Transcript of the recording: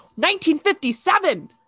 1957